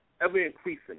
ever-increasing